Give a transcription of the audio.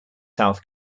south